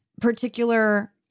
particular